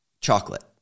chocolate